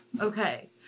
Okay